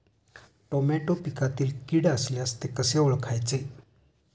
Tomato पिकातील कीड असल्यास ते कसे ओळखायचे?